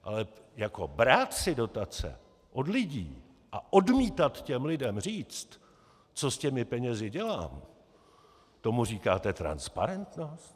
Ale jako brát si dotace od lidí a odmítat těm lidem říct, co s těmi penězi dělám, tomu říkáte transparentnost?